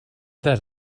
that